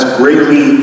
greatly